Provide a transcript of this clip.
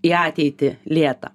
į ateitį lėtą